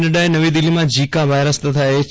નક્રાએ આજે નવી દિલ્હીમાં ઝીકા વાયરસ તથા એચ